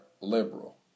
liberal